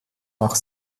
nach